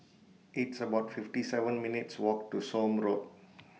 It's about fifty seven minutes' Walk to Somme Road